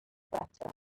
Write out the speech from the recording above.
better